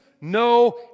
no